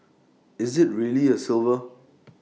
is IT really A silver